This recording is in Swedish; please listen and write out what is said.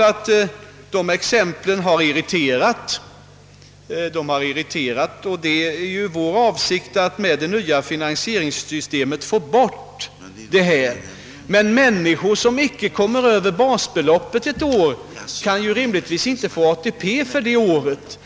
att de har irriterat. Med hjälp av ett nytt finansieringssystem är det vår avsikt att få bort detta. De människor som under ett år inte kommer över basbeloppet kan rimligtvis inte få ATP för det året.